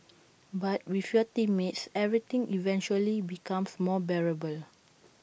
but with your teammates everything eventually becomes more bearable